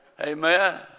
Amen